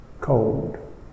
cold